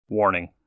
Warning